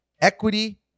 equity